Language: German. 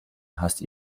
hast